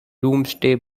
domesday